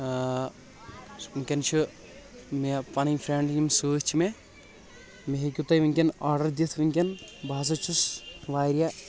ؤنۍ کٮ۪ن چھِ مےٚ پنٕنۍ فرینڈ یِم سۭتۍ چھِ مےٚ مےٚ ہیٚکِو تُہۍ ؤنۍ کٮ۪ن آرڈر دِتھ ؤنۍ کٮ۪ن بہٕ ہسا چھُس واریاہ